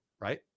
Right